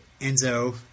Enzo